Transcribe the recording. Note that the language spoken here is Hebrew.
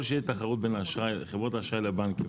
ככל שתהיה תחרות בין חברות האשראי לבנקים,